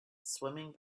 swimming